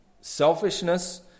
selfishness